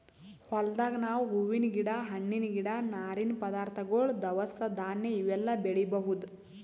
ಹೊಲ್ದಾಗ್ ನಾವ್ ಹೂವಿನ್ ಗಿಡ ಹಣ್ಣಿನ್ ಗಿಡ ನಾರಿನ್ ಪದಾರ್ಥಗೊಳ್ ದವಸ ಧಾನ್ಯ ಇವೆಲ್ಲಾ ಬೆಳಿಬಹುದ್